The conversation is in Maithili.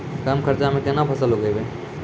कम खर्चा म केना फसल उगैबै?